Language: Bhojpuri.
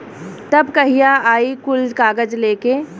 तब कहिया आई कुल कागज़ लेके?